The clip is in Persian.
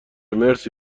مرسی